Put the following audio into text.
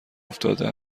افتاده